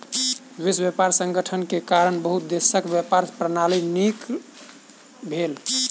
विश्व व्यापार संगठन के कारण बहुत देशक व्यापार प्रणाली नीक भेल